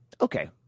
Okay